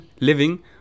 living